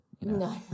No